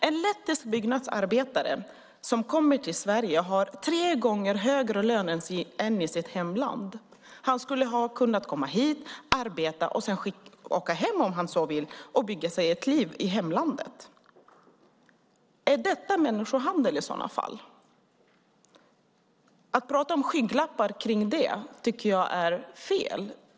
En lettisk byggnadsarbetare som arbetar i Sverige har tre gånger högre lön än i sitt hemland. Han skulle kunna komma hit, arbeta och sedan åka hem, om han så vill, och bygga sig ett liv i hemlandet. Är detta människohandel i så fall? Att prata om skygglappar i det sammanhanget tycker jag är fel.